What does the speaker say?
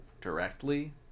directly